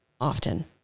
often